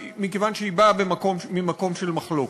מכיוון שהיא באה ממקום של מחלוקת.